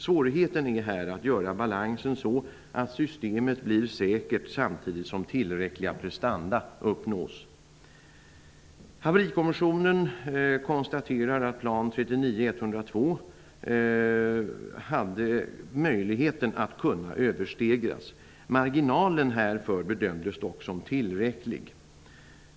Svårigheten är här att göra balansen så att systemet blir säkert samtidigt som tillräckliga prestanda uppnås. Haverikommissionen konstaterar att möjligheten fanns att plan 39.102 kunde överstegras. Marginalen härför bedömdes dock som tillräcklig.